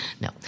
no